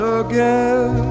again